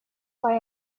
why